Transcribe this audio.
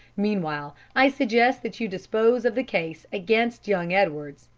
meanwhile, i suggest that you dispose of the case against young edwards,